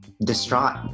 distraught